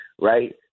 right